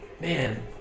man